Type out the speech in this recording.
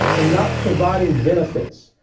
and not providing benefits.